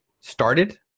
started